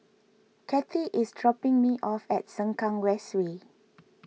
Kathie is dropping me off at Sengkang West Way